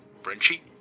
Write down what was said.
Frenchie